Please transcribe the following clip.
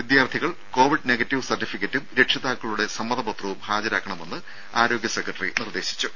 വിദ്യാർത്ഥികൾ Covid negative സർട്ടിഫിക്കറ്റും രക്ഷിതാക്കളുടെ സമ്മതപത്രവും ഹാജരാക്കണമെന്ന് ആരോഗ്യ സെക്രട്ടറി നിർദേശിച്ചു